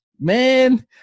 Man